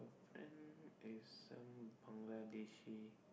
and there is some Bangladeshi